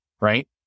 right